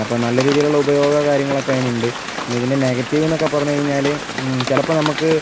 അപ്പം നല്ല രീതിയിലുള്ള ഉപയോഗവും കാര്യങ്ങളൊക്കെ അതിന് ഉണ്ട് പിന്നെ ഇതിൻ്റെ നെഗറ്റീവെന്നൊക്കെ പറഞ്ഞുകഴിഞ്ഞാൽ ചിലപ്പോൾ നമുക്ക്